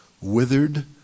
withered